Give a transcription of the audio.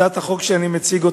הצעת החוק שאני מציג,